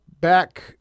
back